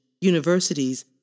universities